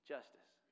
Justice